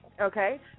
okay